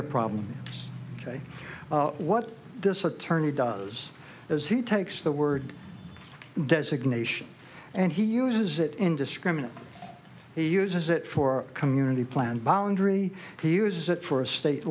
the problem ok what this attorney does is he takes the word designation and he uses it indiscriminately he uses it for community plant boundary he uses it for a state